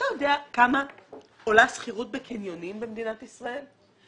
אתה יודע כמה עולה שכירות בקניונים במדינת ישראל?